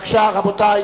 רבותי,